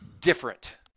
different